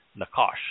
nakash